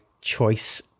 choice